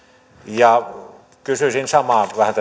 ja kysyisin vähän